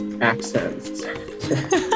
Accents